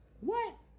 what